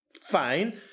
fine